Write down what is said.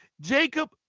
Jacob